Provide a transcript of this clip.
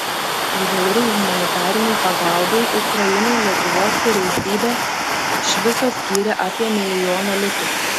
įvairiai humanitarinei pagalbai ukrainai lietuvos vyriausybė iš viso skyrė apie milijoną litų